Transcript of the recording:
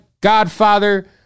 Godfather